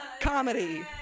Comedy